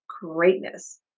greatness